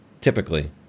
Typically